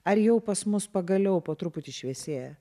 ar jau pas mus pagaliau po truputį šviesėja